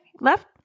left